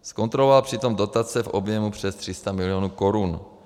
Zkontroloval přitom dotace v objemu přes 300 milionů korun.